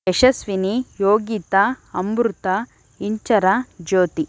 Yashasvini Yogita Amrita Inchara Jyothi